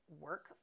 work